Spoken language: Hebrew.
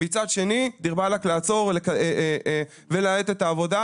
ומצד שני "דיר באלק לעצור ולהאט את העבודה.